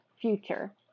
future